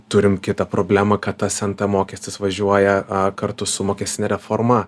turim kitą problemą kad tas nt mokestis važiuoja kartu su mokestine reforma